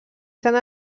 sant